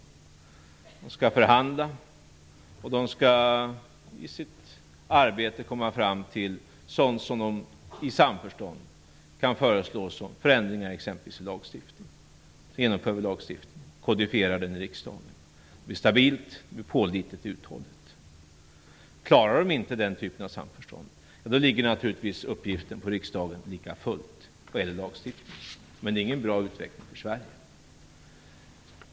De skall förhandla och i sitt arbete komma fram till sådant som de i samförstånd kan föreslå som förändringar i exempelvis lagstiftningen. Sedan kodifierar vi lagstiftningen i riksdagen. Det blir stabilt, pålitligt och uthålligt. Klarar de inte den typen av samförstånd, ligger naturligtvis uppgiften på riksdagen lika fullt. Då blir det lagstiftning. Men det är ingen bra utveckling för Sverige.